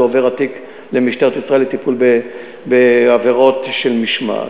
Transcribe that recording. והתיק עובר למשטרת ישראל לטיפול בעבירות של משמעת.